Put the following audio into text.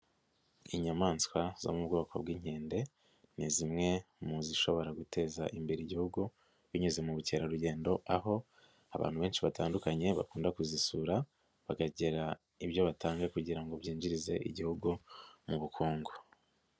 lnyamaswa zo mu bwoko bw'inkende, ni zimwe mu zishobora guteza imbere igihugu, binyuze mu bukerarugendo, aho abantu benshi batandukanye bakunda kuzisura, bakagera ibyo batanga kugira ngo byinjirize igihugu mu bukungu.